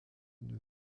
neveu